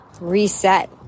reset